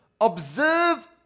Observe